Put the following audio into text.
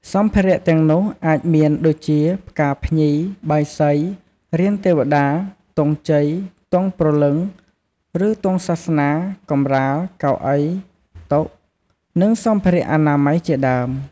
សម្ភារៈទាំងនោះអាចមានដូចជា ផ្កាភ្ញី បាយសី រានទេវតា ទង់ជ័យ ទង់ព្រលឹង ឬទង់សាសនា កម្រាល កៅអី តុ និងសម្ភារៈអនាម័យជាដើម។